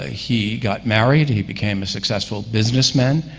ah he got married, he became a successful businessman,